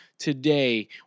Today